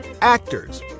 Actors